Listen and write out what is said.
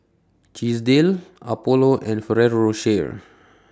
Chesdale Apollo and Ferrero Rocher